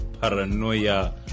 paranoia